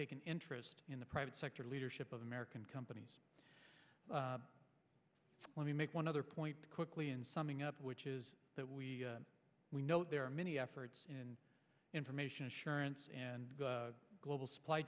take an interest in the private sector leadership of american companies let me make one other point quickly in summing up which is that we we know there are many efforts in information assurance and global supply